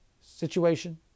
situation